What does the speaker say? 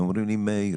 הם אומרים לי: מאיר,